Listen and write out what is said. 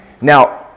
Now